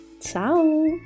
ciao